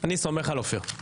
אני סומך על אופיר.